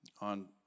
on